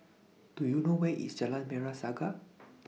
Do YOU know Where IS Jalan Merah Saga